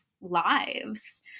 lives